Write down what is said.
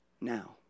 now